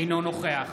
אינו נוכח